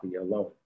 alone